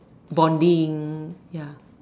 bonding ya